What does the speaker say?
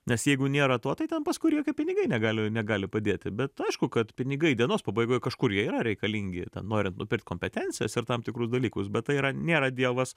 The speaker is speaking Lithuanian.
nes jeigu nėra to tai ten paskui ir jokie pinigai negali negali padėti bet aišku kad pinigai dienos pabaigoj kažkur jie yra reikalingi norint nupirkt kompetencijas ir tam tikrus dalykus bet tai yra nėra dievas